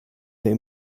they